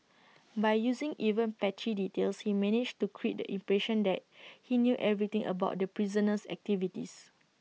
by using even patchy details he managed to create the impression that he knew everything about the prisoner's activities